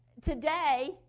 today